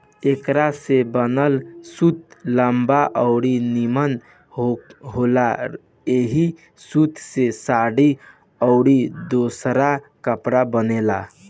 एकरा से बनल सूत लंबा अउरी निमन होला ऐही सूत से साड़ी अउरी दोसर कपड़ा बनेला